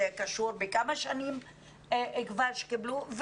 זה קשור לכמה שנים כבר שקיבלו,